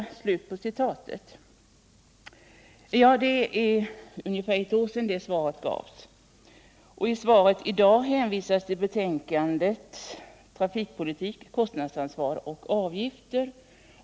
Ja, det är ungefär ett år sedan det svaret gavs. I svaret i dag hänvisas till betänkandet Trafikpolitik — kostnadsansvar och avgifter.